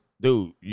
dude